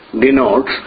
denotes